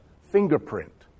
fingerprint